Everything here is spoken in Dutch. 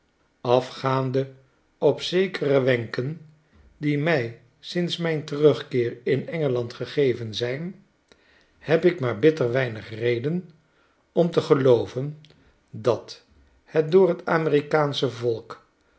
afgaande op zekere wenken die mij sinds mijn terugkeer in engeland gegeven zijn heb ik maar bitter weinig reden om te gelooven dat het door t t amerikaansche volk